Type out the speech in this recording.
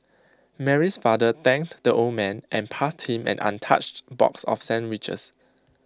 Mary's father thanked the old man and passed him an untouched box of sandwiches